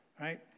right